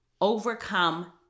overcome